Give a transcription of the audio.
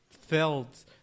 felt